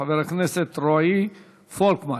חבר הכנסת רועי פולקמן.